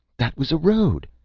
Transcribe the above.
that was a road!